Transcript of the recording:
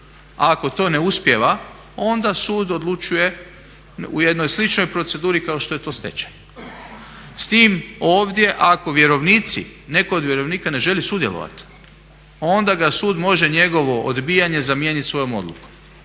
ako to ne uspijeva onda sud odlučuje u jednoj sličnoj proceduri kao što je to stečaj. S tim ovdje ako vjerovnici, netko od vjerovnika ne želi sudjelovati onda ga sud može njegovo odbijanje zamijenit svojom odlukom.